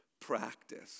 practice